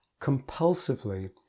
compulsively